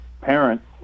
parents